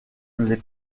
les